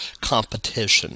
competition